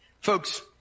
Folks